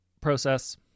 Process